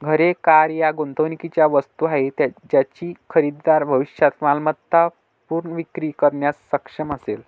घरे, कार या गुंतवणुकीच्या वस्तू आहेत ज्याची खरेदीदार भविष्यात मालमत्ता पुनर्विक्री करण्यास सक्षम असेल